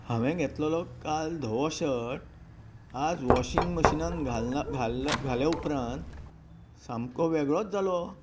हांवें घेतलेलो काल धवो शर्ट आज वॉशिंग मशीनान घालना घाल घाल्या उपरांत सामको वेगळोच जालो